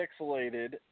pixelated